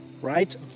right